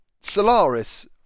Solaris